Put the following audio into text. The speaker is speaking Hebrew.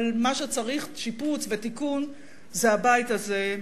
אבל מה שצריך שיפוץ ותיקון זה הבית הזה,